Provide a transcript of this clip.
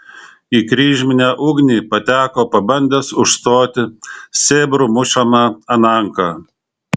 į kryžminę ugnį pateko pabandęs užstoti sėbrų mušamą ananką